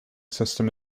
system